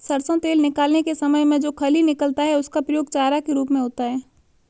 सरसों तेल निकालने के समय में जो खली निकलता है उसका प्रयोग चारा के रूप में होता है